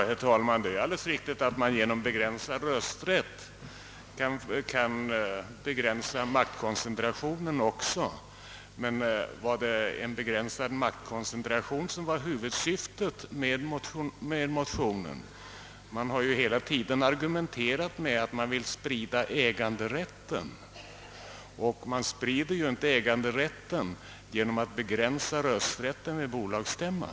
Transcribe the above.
Herr talman! Det är alldeles riktigt att man genom att begränsa rösträtten även kan begränsa maktkoncentrationen. Men var det en begränsad maktkoncentration som var huvudsyftet med motionen? Man har hela tiden argumenterat med att man vill sprida äganderätten och det gör man inte genom att begränsa rösträtten vid bolagsstämman.